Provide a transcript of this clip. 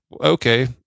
Okay